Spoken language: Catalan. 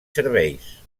serveis